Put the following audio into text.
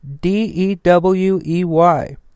D-E-W-E-Y